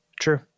True